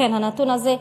הנתון הזה,